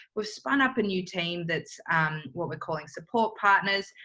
we've spun up a new team, that's what we're calling support partners.